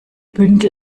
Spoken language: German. bündel